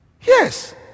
Yes